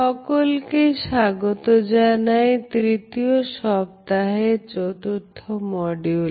সকলকে স্বাগত জানাই তৃতীয় সপ্তাহের চতুর্থ মডিউলে